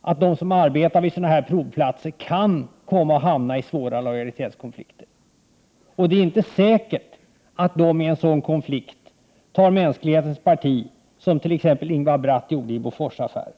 att de som arbetar vid sådana här provplatser kan komma att hamna i svåra lojalitetskonflikter. Det är inte säkert att de i en sådan konflikt tar mänsklighetens parti, som t.ex. Ingvar Bratt gjorde i Boforsaffären.